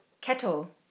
Kettle